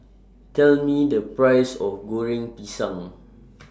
Tell Me The Price of Goreng Pisang